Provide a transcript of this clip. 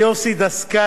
ברכות ותודות.